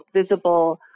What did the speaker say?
visible